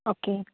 okay